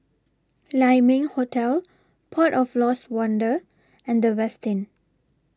Lai Ming Hotel Port of Lost Wonder and The Westin